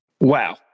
Wow